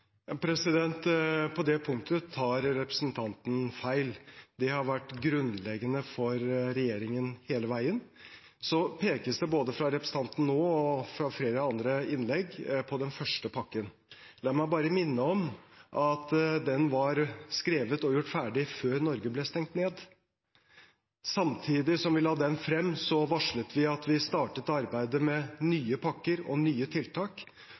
På det punktet tar representanten feil. Det har vært grunnleggende for regjeringen hele veien. Så pekes det både fra representanten nå og i flere andre innlegg på den første pakken. La meg bare minne om at den var skrevet og gjort ferdig før Norge ble stengt ned. Samtidig som vi la den frem, varslet vi at vi startet arbeidet med nye pakker og nye tiltak,